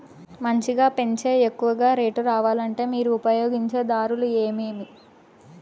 మంచిగా పెంచే ఎక్కువగా రేటు రావాలంటే మీరు ఉపయోగించే దారులు ఎమిమీ?